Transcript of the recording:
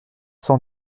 cent